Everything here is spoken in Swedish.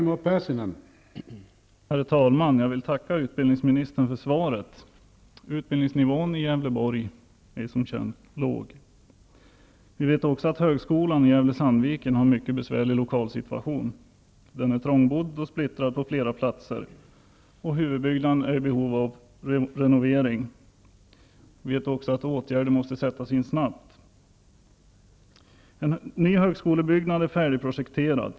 Herr talman! Jag tackar utbildningsministern för svaret. Utbildningsnivån i Gävleborg är som bekant låg. Vi vet också att högskolan i Gävle/Sandviken har en mycket besvärlig lokalsituation. Den är trångbodd och splittrad på flera platser, och huvudbyggnaden är i behov av renovering. Vi vet också att åtgärder måste vidtas snabbt. En ny högskolebyggnad är färdigprojekterad.